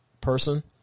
person